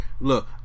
look